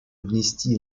внести